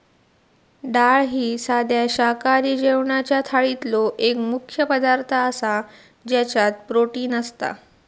डाळ ही साध्या शाकाहारी जेवणाच्या थाळीतलो एक मुख्य पदार्थ आसा ज्याच्यात प्रोटीन असता